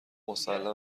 مسلمه